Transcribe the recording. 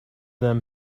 them